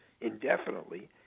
indefinitely